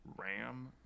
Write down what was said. ram